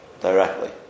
directly